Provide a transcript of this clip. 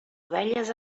ovelles